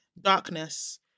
Darkness